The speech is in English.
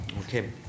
Okay